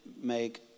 make